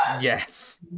yes